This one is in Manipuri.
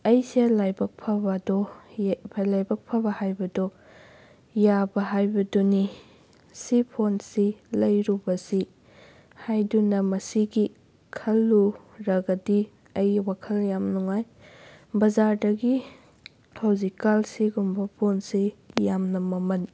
ꯑꯩꯁꯦ ꯂꯥꯏꯕꯛ ꯐꯕꯗꯣ ꯂꯥꯏꯕꯛ ꯐꯕ ꯍꯥꯏꯕꯗꯣ ꯌꯥꯕ ꯍꯥꯏꯕꯗꯨꯅꯤ ꯁꯤ ꯐꯣꯟꯁꯤ ꯂꯩꯔꯨꯕꯁꯤ ꯍꯥꯏꯗꯨꯅ ꯃꯁꯤꯒꯤ ꯈꯜꯂꯨꯔꯒꯗꯤ ꯑꯩ ꯋꯥꯈꯂ ꯌꯥꯝ ꯅꯨꯡꯉꯥꯏ ꯕꯖꯥꯔꯗꯒꯤ ꯍꯧꯖꯤꯛꯀꯥꯜ ꯁꯤꯒꯨꯝꯕ ꯐꯣꯟꯁꯤ ꯌꯥꯝꯅ ꯃꯃꯜ